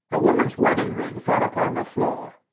a woman's wedding ring fell upon the floor.